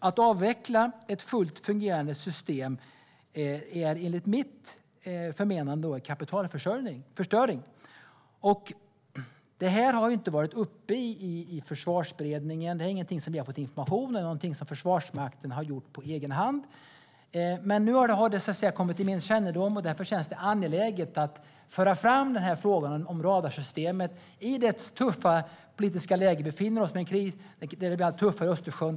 Att avveckla ett fullt fungerande system är enligt mitt förmenande kapitalförstöring. Detta har inte varit uppe i Försvarsberedningen; det är ingenting som vi har fått information om. Det är något som Försvarsmakten har gjort på egen hand. Nu har dock detta kommit till min kännedom, och därför känns det angeläget att föra fram frågan om radarsystemet i det tuffa och kritiska läge vi befinner oss i. Vi har en kris, och det blir allt tuffare i Östersjön.